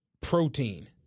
protein